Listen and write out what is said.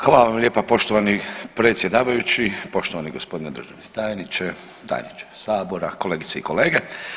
Hvala vam lijepa poštovani predsjedavajući, poštovani g. državni tajniče, tajniče sabora, kolegice i kolege.